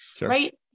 right